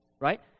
Right